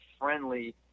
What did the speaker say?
friendly